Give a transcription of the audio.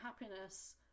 happiness